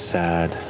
sad.